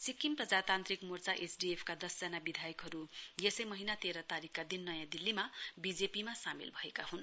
Sikkim Prajatantrik Morcha SDF का दसजना विधायकहरू यसै महीना तेह्र तारीकका दिन नयाँ दिल्लीमा बीजेपीमा सामेल भएका हुन्